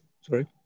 sorry